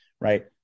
right